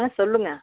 சொல்லுங்க